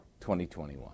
2021